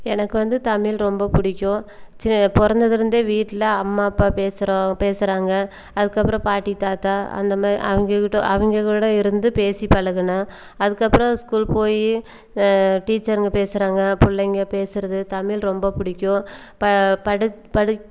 எனக்கு வந்து தமிழ் ரொம்ப பிடிக்கும் சி பிறந்ததுலருந்தே வீட்டில் அம்மா அப்பா பேசுகிறோம் பேசுகிறாங்க அதற்கப்பறம் பாட்டி தாத்தா அந்த மாரி அவங்கள்கிட்ட அவங்கள்கூட இருந்து பேசிப் பழகினேன் அதற்கப்பறம் ஸ்கூல் போய் டீச்சருங்க பேசுகிறாங்க பிள்ளைங்க பேசுகிறது தமிழ் ரொம்ப பிடிக்கும் இப்ப படிச் படிச்